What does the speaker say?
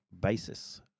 basis